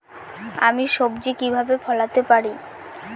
আমি সবজি কিভাবে ফলাতে পারি?